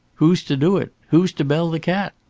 who's to do it? who's to bell the cat?